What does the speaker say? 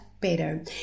better